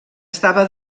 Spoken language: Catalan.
estava